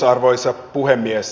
arvoisa puhemies